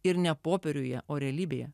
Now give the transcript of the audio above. ir ne popieriuje o realybėje